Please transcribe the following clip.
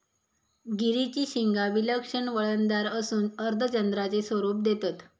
गिरीची शिंगा विलक्षण वळणदार असून अर्धचंद्राचे स्वरूप देतत